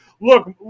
look